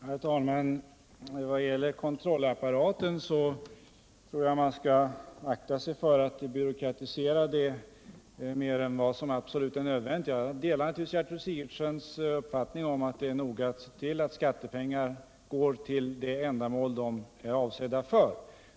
Herr talman! När det gäller kontrollapparaten tror jag man skall akta sig för att byråkratisera den mer än vad som är absolut nödvändigt. Jag delar naturligtvis Gertrud Sigurdsens uppfattning att det är nödvändigt att se till att skattepengar går till de ändamål de är avsedda för.